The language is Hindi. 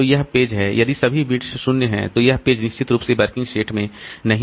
तो यह पेज है यदि सभी बिट्स 0 हैं तो वह पेज निश्चित रूप से वर्किंग सेट में नहीं है